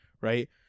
Right